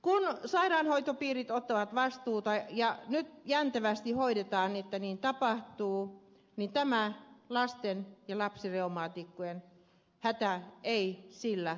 vaikka sairaanhoitopiirit ottavat vastuuta ja nyt jäntevästi hoidetaan että niin tapahtuu niin tämä lasten ja lapsireumaatikkojen hätä ei sillä hoidu